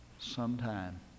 sometime